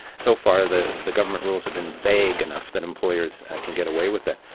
so far the the government rules have been vague enough that employers can get away with it.